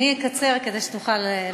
אני אקצר כדי שתוכל,